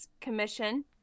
Commission